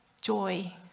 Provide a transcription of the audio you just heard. joy